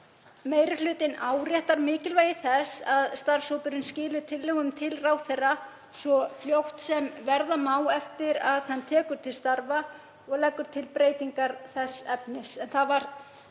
Meiri hlutinn áréttar mikilvægi þess að starfshópurinn skili tillögum til ráðherra svo fljótt sem verða má eftir að hann tekur til starfa og leggur til breytingar þess efnis.